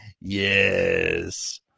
yes